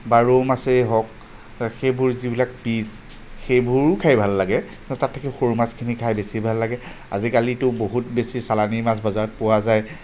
বা ৰৌ মাছেই হওক সেইবোৰ যিবিলাক পিচ সেইবোৰো খাই ভাল লাগে তাত থাকি সৰু মাছখিনি খাই বেছি ভাল লাগে আজিকালিতো বহুত বেছি চালানী মাছ বজাৰত পোৱা যায়